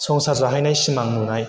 संसार जाहैनाय सिमां नुनाय